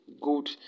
good